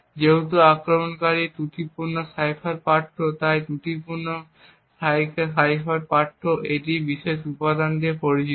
যেহেতু আক্রমণকারী ত্রুটিপূর্ণ সাইফার পাঠ্য এবং ত্রুটিমুক্ত সাইফার পাঠ্য সমীকরণের এই বিশেষ উপাদানটি পরিচিত